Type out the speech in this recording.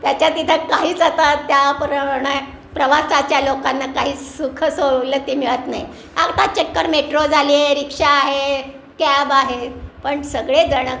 त्याच्यात इथं काहीच आता त्याप्रणा प्रवासाच्या लोकांना काही सुख सवलती मिळत नाही आता चक्कर मेट्रो झालीये रिक्षा आहे कॅब आहे पण सगळे जणं